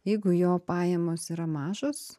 jeigu jo pajamos yra mažos